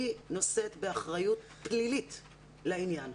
היא נושאת באחריות פלילית לעניין.